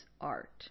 art